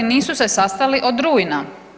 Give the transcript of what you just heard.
Nisu se sastali od rujna.